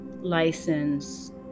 license